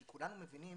כי כולנו מבינים